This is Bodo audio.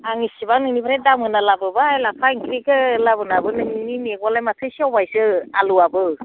आं एसेबां इनिफ्राय दाम होना लाबोबाय लाफा ओंख्रिखो लाबोनाबो नोंनि मैगङालाय सेवबायसो आलुआबो